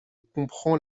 comprends